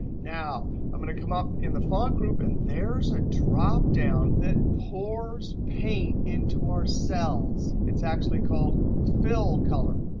now i'm going to come up in the font group, and there's a dropdown that pours paint into our cells. it's actually called fill color.